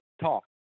Talk